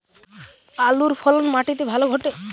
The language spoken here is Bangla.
আলুর ফলন মাটি তে ভালো ঘটে?